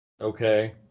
Okay